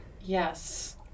Yes